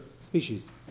species